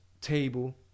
table